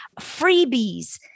freebies